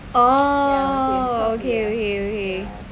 oh okay okay okay